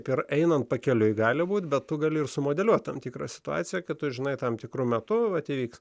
per einant pakeliui gali būt bet tu gali ir sumodeliuoti tam tikrą situaciją kad tu žinai tam tikru metu vat įvyks